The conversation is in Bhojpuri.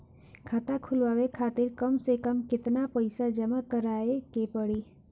खाता खुलवाये खातिर कम से कम केतना पईसा जमा काराये के पड़ी?